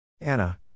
Anna